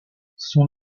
son